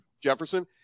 Jefferson